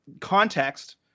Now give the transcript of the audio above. context